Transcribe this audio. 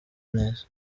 neza